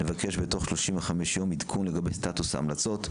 נבקש תוך 35 יום לקבל עדכון לגבי סטטוס ההמלצות,